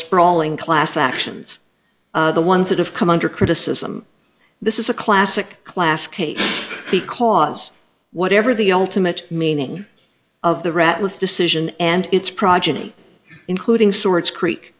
sprawling class actions the ones that have come under criticism this is a classic classic case because whatever the ultimate meaning of the rat with decision and its progeny including swords creek